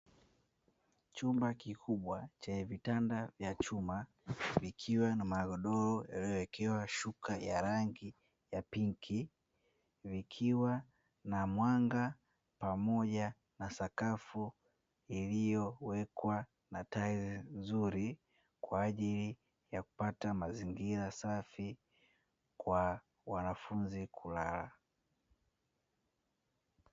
Chumba kikubwa chenye vitanda vya chuma vikiwa na magodoro, kukiwa na mwanga pamoja na sakafu Iliyowekwa na tiles nzuri kwa ajili ya kupata mazingira safi kwa wanafunzi kulala.